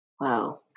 Wow